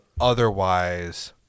otherwise –